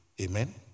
Amen